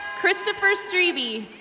christopher streedy.